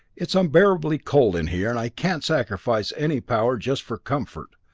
it's unbearably cold in here, and i can't sacrifice any power just for comfort.